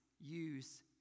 use